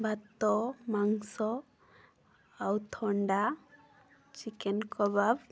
ଭାତ ମାଂସ ଆଉ ଥଣ୍ଡା ଚିକେନ୍ କବାବ୍